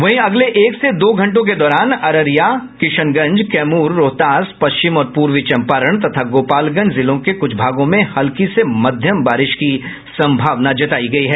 वहीं अगले एक से दो घंटों के दौरान अररिया और किशनगंज कैमूर रोहतास पश्चिम और पूर्वी चंपारण तथा गोपालगंज जिलों के कुछ भागों में हल्की से मध्यम बारिश की संभावना है